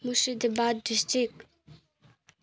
Murshidabad district